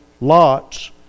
Lot's